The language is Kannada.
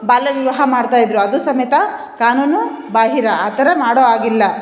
ಬಾಲ್ಯ ವಿವಾಹ ಮಾಡ್ತ ಇದ್ದರು ಅದು ಸಮೇತ ಕಾನೂನು ಬಾಹಿರ ಆ ಥರ ಮಾಡೋ ಹಾಗಿಲ್ಲ